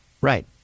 Right